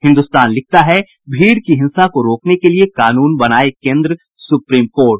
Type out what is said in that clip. हिन्दुस्तान लिखता है भीड़ की हिंसा को रोकने के लिए कानून बनाये केन्द्र सुप्रीम कोर्ट